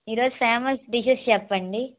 ఈరోజు famous dishes చెప్పండి